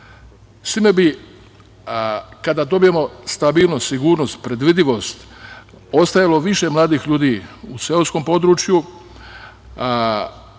time bi, kada dobijemo stabilnost, sigurnost, predvidivost, ostajalo više mladih ljudi u seoskom području,